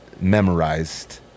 memorized